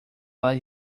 las